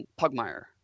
Pugmire